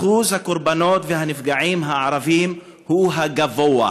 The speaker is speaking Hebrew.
אחוז הקורבנות והנפגעים הערבים הוא הגבוה.